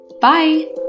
Bye